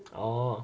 orh